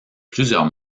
plusieurs